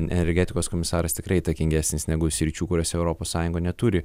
energetikos komisaras tikrai įtakingesnis negu sričių kuriose europos sąjunga neturi